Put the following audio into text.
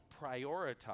prioritize